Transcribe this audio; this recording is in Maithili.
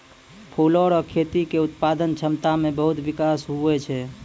फूलो रो खेती के उत्पादन क्षमता मे बहुत बिकास हुवै छै